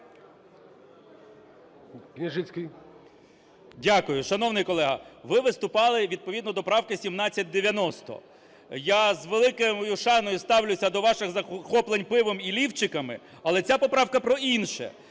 Дякую. Шановний колего, ви виступали відповідно до правки 1790. Я з великою шаною ставлюся до ваших захоплень пивом і ліфчиками, але ця поправка про інше.